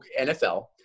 NFL